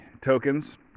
tokens